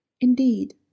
Indeed